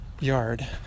yard